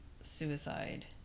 suicide